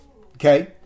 Okay